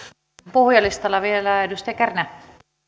puhujalistalla vielä edustaja kärnä arvoisa